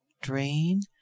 drain